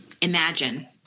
imagine